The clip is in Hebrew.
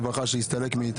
כשצדיק הולך,